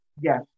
Yes